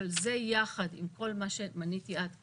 אבל זה יחד עם כל מה שמניתי עד כאן,